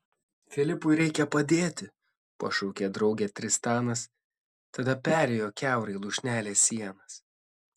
filipui reikia padėti pašaukė draugę tristanas tada perėjo kiaurai lūšnelės sienas